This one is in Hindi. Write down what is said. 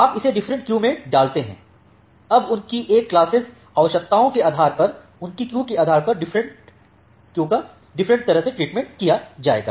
आप इसे डिफरेंट क्यू में डालते हैं अब उनकी एक क्लासेस आवश्यकताओं के आधार पर उनकी क्यू के आधार पर डिफरेंटक्यू का ट्रीटमेंट किया जाएगा